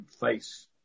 face